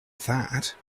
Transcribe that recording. that